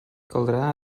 caldrà